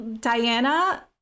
Diana